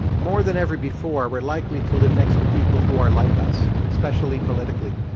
more than ever before, we're likely to live next to people who are like us, especially politically.